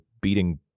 beating